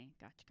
Gotcha